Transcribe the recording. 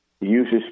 uses